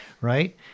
right